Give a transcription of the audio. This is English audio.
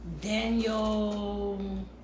Daniel